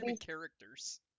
Characters